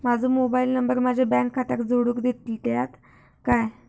माजो mobile number माझ्या bank खात्याक जोडून दितल्यात काय?